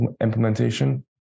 implementation